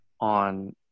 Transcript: on